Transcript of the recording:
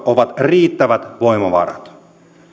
ovat riittävät voimavarat